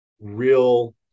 real